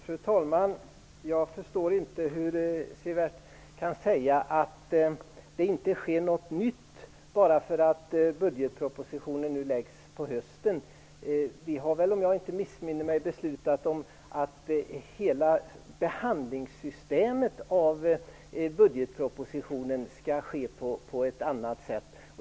Fru talman! Jag förstår inte hur Sivert Carlsson kan säga att det inte sker något nytt för att budgetpropositionen nu läggs fram på hösten. Vi har väl, om jag inte missminner mig, beslutat om att hela systemet för behandlingen av budgetpropositionen skall se ut på ett annat sätt.